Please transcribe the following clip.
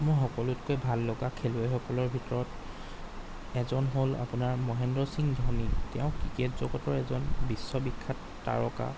মোৰ সকলোতকৈ ভাল লগা খেলুৱৈ সকলৰ ভিতৰত এজন হ'ল আপোনাৰ মহেন্দ্ৰ সিং ধোনী তেওঁ ক্ৰিকেট জগতৰ এজন বিশ্ববিখ্যাত তাৰকা